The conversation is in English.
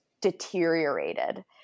deteriorated